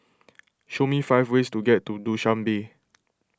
show me five ways to get to Dushanbe